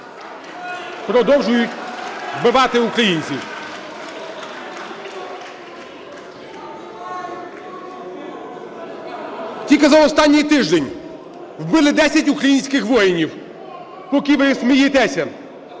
продовжують вбивати українців. (Шум у залі) Тільки за останній тиждень вбили 10 українських воїнів, поки ви смієтеся.